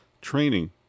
training